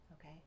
Okay